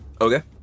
okay